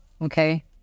Okay